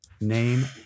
Name